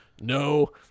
No